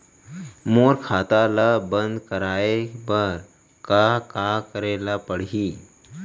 मोर खाता ल बन्द कराये बर का का करे ल पड़ही?